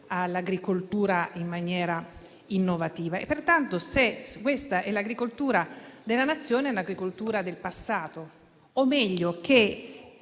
Grazie,